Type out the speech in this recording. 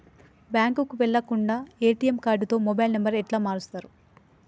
బ్యాంకుకి వెళ్లకుండా ఎ.టి.ఎమ్ కార్డుతో మొబైల్ నంబర్ ఎట్ల మారుస్తరు?